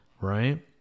right